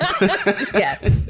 Yes